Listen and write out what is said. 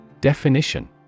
Definition